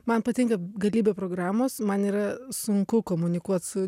man patinka galybė programos man yra sunku komunikuot su